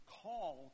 call